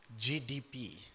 GDP